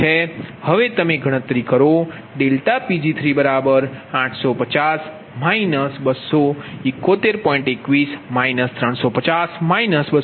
હવે તમે ગણતરી કરો Pg3850 271